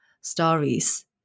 stories